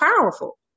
powerful